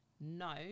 No